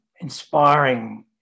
inspiring